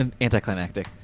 anticlimactic